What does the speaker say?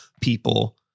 people